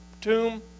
tomb